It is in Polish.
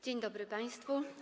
Dzień dobry państwu.